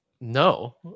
no